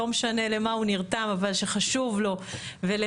לא משנה למה הוא נרתם אבל כשחשוב לו ולמען,